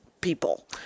people